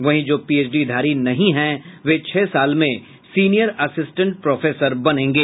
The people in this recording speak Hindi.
वहीं जो पीएचडी धारी नहीं हैं वे छह साल में सीनियर असिस्टेंट प्रोफेसर बनेंगे